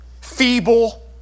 feeble